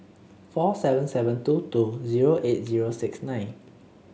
four seven seven two two zero eight zero six nine